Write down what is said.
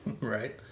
Right